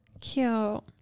cute